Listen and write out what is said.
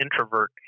introvert